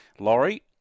Laurie